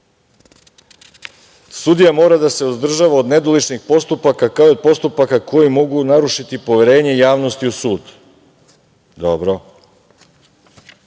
zna. Sudija mora da se uzdržava od nedoličnih postupaka, kao i od postupaka koji mogu narušiti poverenje javnosti u sud. Dobro.